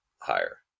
higher